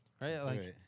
Right